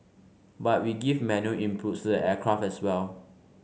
but we give manual inputs to the aircraft as well